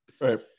right